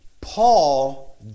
Paul